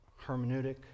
hermeneutic